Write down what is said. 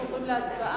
אנחנו עוברים להצבעה.